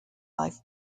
life